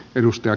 edustaja